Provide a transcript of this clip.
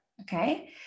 okay